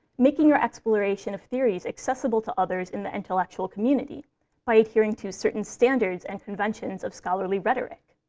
making your exploration of theories accessible to others in the intellectual community by adhering to certain standards and conventions of scholarly rhetoric.